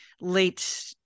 late